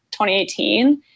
2018